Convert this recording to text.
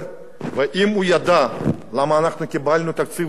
ואם הוא ידע, למה אנחנו קיבלנו תקציב דו-שנתי?